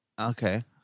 Okay